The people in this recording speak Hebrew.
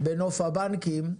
בנוף הבנקים,